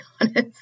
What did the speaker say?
honest